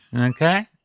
Okay